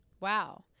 Wow